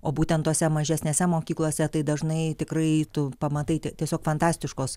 o būtent tose mažesnėse mokyklose tai dažnai tikrai tu pamatai tiesiog fantastiškos